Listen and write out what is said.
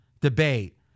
debate